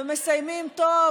ומסיימים: טוב,